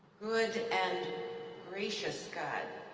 good and gracious god,